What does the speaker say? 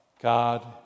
God